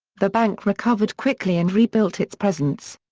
the bank recovered quickly and rebuilt its presence.